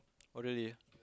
oh really